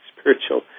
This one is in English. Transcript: spiritual